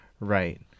Right